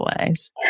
ways